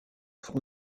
front